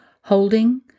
Holding